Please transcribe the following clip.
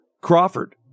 Crawford